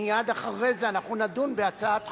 מייד אחרי זה אנחנו נדון בהצעת חוק.